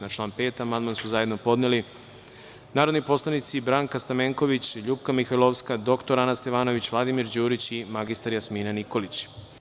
Na član 5. amandman su zajedno podneli narodni poslanici Branka Stamenković, LJupka Mihajlovska, dr Ana Stevanović, Vladimir Đurić i mr Jasmina Nikolić.